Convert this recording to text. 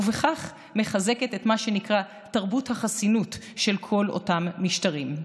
ובכך מתחזקת מה שנקרא תרבות החסינות של כל אותם משטרים.